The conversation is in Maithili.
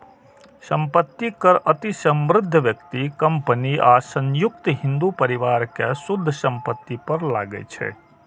संपत्ति कर अति समृद्ध व्यक्ति, कंपनी आ संयुक्त हिंदू परिवार के शुद्ध संपत्ति पर लागै छै